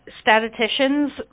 statisticians